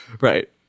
right